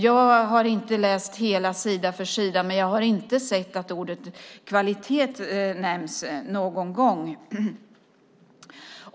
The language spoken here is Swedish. Jag har inte läst hela sida för sida, men jag har inte sett att ordet kvalitet nämns någon gång.